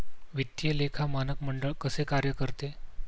वित्तीय लेखा मानक मंडळ कसे कार्य करते?